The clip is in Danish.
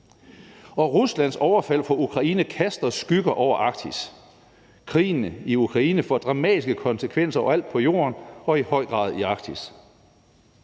og Ruslands overfald på Ukraine kaster skygger over Arktis. Krigen i Ukraine får dramatiske konsekvenser overalt på jorden og i høj grad i Arktis.